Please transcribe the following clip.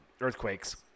Earthquakes